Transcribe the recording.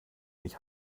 nicht